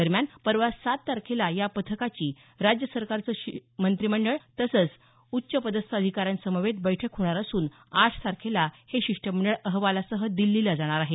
दरम्यान परवा सात तारखेला या पथकाची राज्य सरकारचं मंत्रिमंडळ तसंच उच्च पदस्थ अधिकाऱ्यांसमवेत बैठक होणार असून आठ तारखेला हे शिष्टमंडळ अहवालासह दिल्लीला जाणार आहे